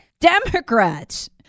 Democrats